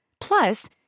Plus